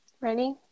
Ready